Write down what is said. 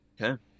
Okay